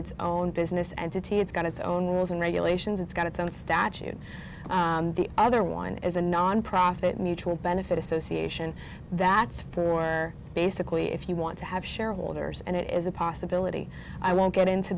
it's own business entity it's got its own rules and regulations it's got its own statute the other one is a nonprofit mutual benefit association that's for basically if you want to have shareholders and it is a possibility i won't get into